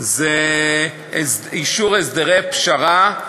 זה אישור הסדרי פשרה.